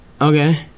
Okay